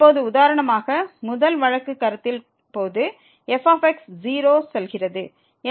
இப்போது உதாரணமாக முதல் வழக்கு கருத்தின் போது f 0க்கு செல்கிறது